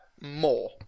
more